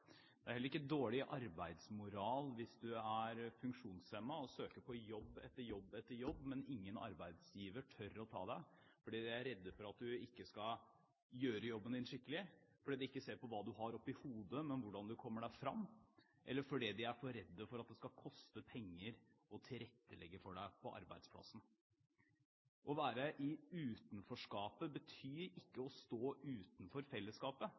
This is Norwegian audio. Det er heller ikke dårlig arbeidsmoral hvis du er funksjonshemmet og søker på jobb etter jobb, men ingen arbeidsgiver tør å ta deg fordi de er redd for at du ikke skal gjøre jobben din skikkelig, fordi de ikke ser på hva du har oppe i hodet, men hvordan du kommer deg fram, eller fordi de er for redd for at det skal koste penger å tilrettelegge for deg på arbeidsplassen. Å være i utenforskapet betyr ikke å stå utenfor fellesskapet,